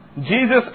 Jesus